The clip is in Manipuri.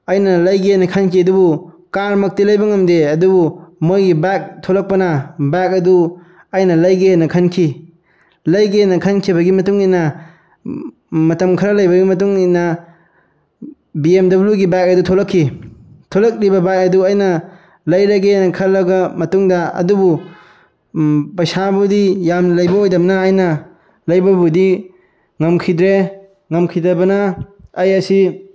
ꯑꯩꯅ ꯂꯩꯒꯦꯅ ꯈꯟꯈꯤ ꯑꯗꯨꯕꯨ ꯀꯥꯔꯃꯛꯇꯤ ꯂꯩꯕ ꯉꯝꯗꯦ ꯑꯗꯨꯕꯨ ꯃꯣꯏꯒꯤ ꯕꯥꯏꯛ ꯊꯣꯛꯂꯛꯄꯅ ꯕꯥꯏꯛ ꯑꯗꯨ ꯑꯩꯅ ꯂꯩꯒꯦꯅ ꯈꯟꯈꯤ ꯂꯩꯒꯦꯅ ꯈꯟꯈꯤꯕꯒꯤ ꯃꯇꯨꯡꯏꯟꯅ ꯃꯇꯝ ꯈꯔ ꯂꯩꯕꯒꯤ ꯃꯇꯨꯡꯏꯟꯅ ꯕꯤ ꯑꯦꯝ ꯗꯕꯂꯤꯌꯨꯒꯤ ꯕꯥꯏꯛ ꯑꯗꯨ ꯊꯣꯛꯂꯛꯈꯤ ꯊꯣꯛꯂꯛꯂꯤꯕ ꯕꯥꯏꯛ ꯑꯗꯨ ꯑꯩꯅ ꯂꯩꯔꯒꯦꯅ ꯈꯜꯂꯒ ꯃꯇꯨꯡꯗ ꯑꯗꯨꯕꯨ ꯄꯩꯁꯥꯕꯨꯗꯤ ꯌꯥꯝ ꯂꯩꯕ ꯑꯣꯏꯗꯝꯅꯤꯅ ꯑꯩꯅ ꯂꯩꯕꯕꯨꯗꯤ ꯉꯝꯈꯤꯗ꯭ꯔꯦ ꯉꯝꯈꯤꯗꯕꯅ ꯑꯩ ꯑꯁꯤ